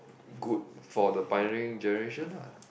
good for the pioneering generation ah